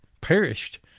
perished